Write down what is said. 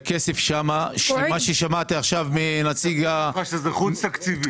אומרים לך שזה חוץ תקציבי.